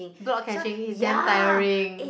block catching is damn tiring